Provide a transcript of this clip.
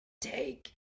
Take